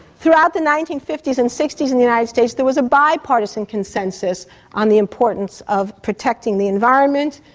throughout the nineteen fifty s and nineteen sixty s in the united states there was a bipartisan consensus on the importance of protecting the environment,